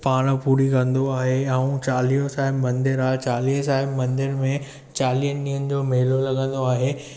पाण पूरी कंदो आहे अऊं चालीहो साहिब मंदरु आ चालीहे साहिब मंदर में चालीहनि ॾींहंनि जो मेलो लॻंदो आहे